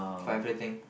for everything